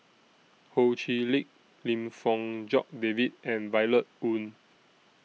Ho Chee Lick Lim Fong Jock David and Violet Oon